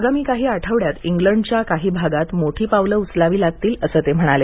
आगामी काही आठवड्यात इंग्लंडच्या काही भागात मोठी पावलं उचलावी लागतील असं ते म्हणाले